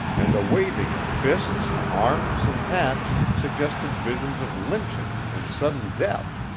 and a waving of fists, arms, and hats, suggested visions of lynching and sudden death.